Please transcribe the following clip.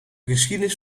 geschiedenis